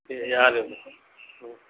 இது யாருன்னு ம்